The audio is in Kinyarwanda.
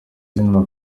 zina